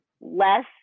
less